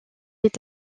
est